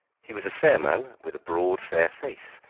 he was a fair man, with a broad fair face,